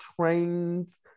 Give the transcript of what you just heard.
trains